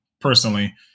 personally